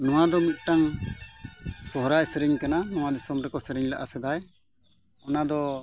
ᱱᱚᱣᱟ ᱫᱚ ᱢᱤᱫᱴᱟᱝ ᱥᱚᱦᱨᱟᱭ ᱥᱮᱨᱮᱧ ᱠᱟᱱᱟ ᱱᱚᱣᱟ ᱫᱤᱥᱚᱢ ᱨᱮᱠᱚ ᱥᱮᱨᱮᱧ ᱞᱮᱫᱼᱟ ᱥᱮᱫᱟᱭ ᱚᱱᱟ ᱫᱚ